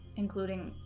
including